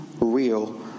real